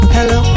Hello